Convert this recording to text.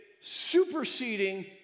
superseding